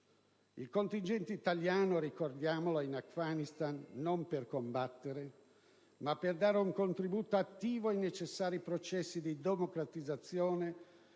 Il contingente italiano - ricordiamolo - è in Afghanistan non per combattere ma per dare un contributo attivo ai necessari processi di democratizzazione